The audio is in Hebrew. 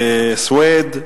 סוייד,